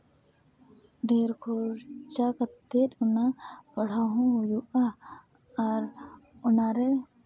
ᱰᱷᱮᱨ ᱠᱷᱚᱨᱪᱟ ᱠᱟᱛᱮᱫ ᱚᱱᱟ ᱯᱟᱲᱦᱟᱣ ᱦᱚᱸ ᱦᱩᱭᱩᱜᱼᱟ ᱟᱨ ᱚᱱᱟ ᱨᱮ